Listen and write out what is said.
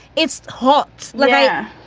it's hot. like yeah